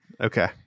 Okay